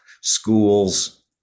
schools